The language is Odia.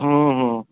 ହୁଁ ହୁଁ